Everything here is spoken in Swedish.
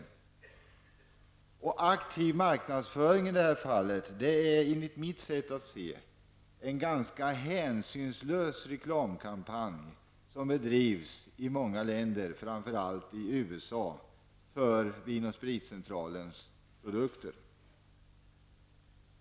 Enligt mitt sätt att se innebär aktiv marknadsföring i det här fallet en ganska hänsynslös reklamkampanj som har bedrivits i många länder, framför allt i USA, för Vin och spritcentralens produkter.